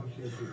מבחינת השינוי.